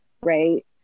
right